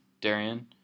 Darian